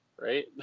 right